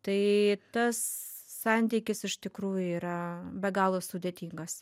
tai tas santykis iš tikrųjų yra be galo sudėtingas